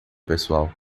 pessoal